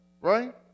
right